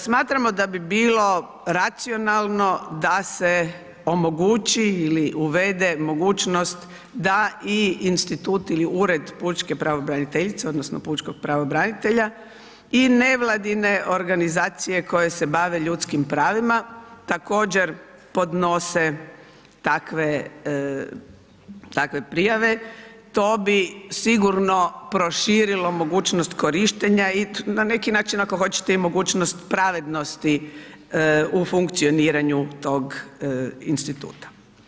Smatramo da bi bilo racionalno da se omogući ili uvede mogućnost da ili institut ili Ured pučke pravobraniteljice odnosno pučkog pravobranitelja i nevladine organizacije koje se bave ljudskim pravima također podnose takve prijave, to bi sigurno proširilo mogućnost korištenja i na neki način ako hoćete i mogućnost pravednosti u funkcioniranju tog instituta.